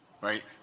right